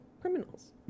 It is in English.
criminals